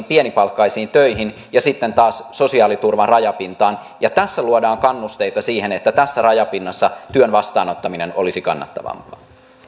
pienipalkkaisiin töihin ja sitten taas sosiaaliturvan rajapintaan ja tässä luodaan kannusteita siihen että tässä rajapinnassa työn vastaanottaminen olisi kannattavampaa